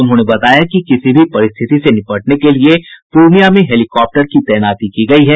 उन्होंने बताया कि किसी भी परिस्थिति से निपटने के लिये पूर्णिया में हेलीकाप्टर की तैनाती गयी है